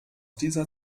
dieser